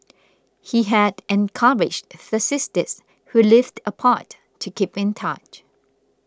he had encouraged the sisters who lived apart to keep in touch